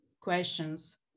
questions